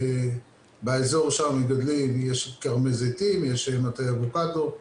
שבאזור שם מגדלים, יש שם כרמי זיתים, מטעי אבוקדו,